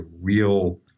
real